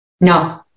No